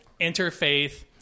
interfaith